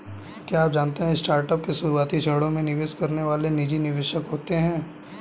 क्या आप जानते है स्टार्टअप के शुरुआती चरणों में निवेश करने वाले निजी निवेशक होते है?